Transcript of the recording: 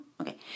Okay